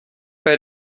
bei